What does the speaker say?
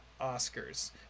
oscars